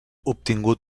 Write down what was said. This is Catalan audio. obtingut